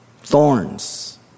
thorns